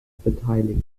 beteiligt